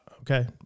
Okay